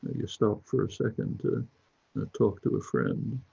you stop for a second to talk to a friend,